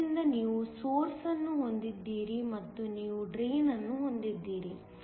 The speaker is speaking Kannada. ಆದ್ದರಿಂದ ನೀವು ಸೊರ್ಸ್ ಅನ್ನು ಹೊಂದಿದ್ದೀರಿ ಮತ್ತು ನೀವು ಡ್ರೈನ್ ಅನ್ನು ಹೊಂದಿದ್ದೀರಿ